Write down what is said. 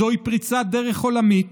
זוהי פריצת דרך עולמית.